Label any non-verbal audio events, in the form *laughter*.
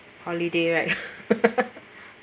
holiday right *laughs*